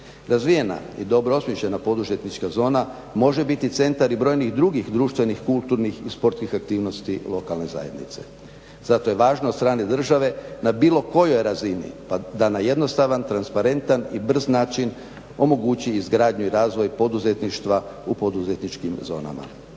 Razvijena i dobro osmišljena poduzetnička zona može biti centar i brojnih drugih društvenih, kulturnih i sportskih aktivnosti lokalne zajednice. Zato je važno od strane države na bilo kojoj razini, da na jednostavan, transparentan i brz način omogući izgradnju i razvoj poduzetništva u poduzetničkim zonama.